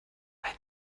ein